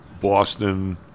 Boston